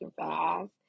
fast